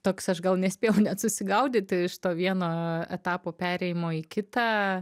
toks aš gal nespėjau net susigaudyti iš to vieno etapo perėjimo į kitą